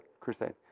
crusade